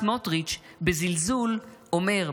השר סמוטריץ' בזלזול אומר: